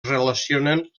relacionen